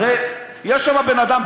הרי יש שם בן-אדם,